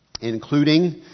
including